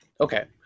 Okay